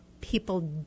people